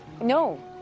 No